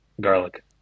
Garlic